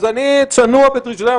אז אני אהיה צנוע בדרישותיי,